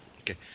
Okay